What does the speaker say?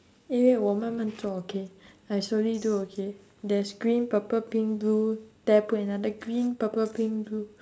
因为我慢慢做 okay I slowly do okay there's green purple pink blue then I put another green purple pink blue